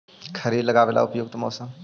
खरिफ लगाबे ला उपयुकत मौसम?